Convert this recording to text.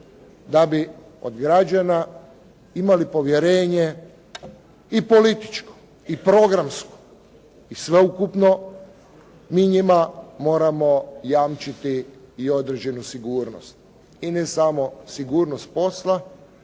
Da bi od građana imali povjerenje i političko i programsko i sveukupno mi njima moramo jamčiti i određenu sigurnost i ne samo sigurnost posla